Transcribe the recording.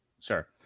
Sure